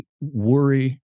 worry